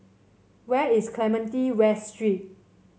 where is Clementi West Street